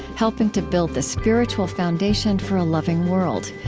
helping to build the spiritual foundation for a loving world.